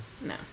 No